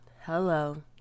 hello